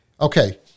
okay